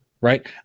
right